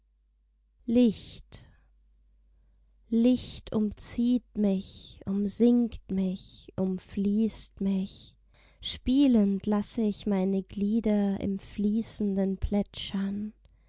licht licht umzieht mich umsingt mich umfließt mich spielend lasse ich meine glieder im fließenden plätschern